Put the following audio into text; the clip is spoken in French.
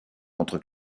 contre